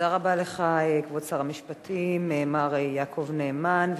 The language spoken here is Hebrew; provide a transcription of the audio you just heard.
תודה רבה לך, כבוד שר המשפטים מר יעקב נאמן.